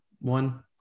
one